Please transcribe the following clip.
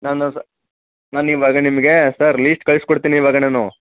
ನಾನು ಸಹ ನಾನು ಇವಾಗ ನಿಮಗೆ ಸರ್ ಲಿಸ್ಟ್ ಕಳ್ಸಿಕೊಡ್ತೀನಿ ಇವಾಗ ನಾನು